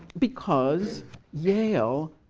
because yale,